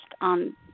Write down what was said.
on